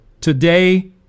Today